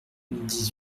dix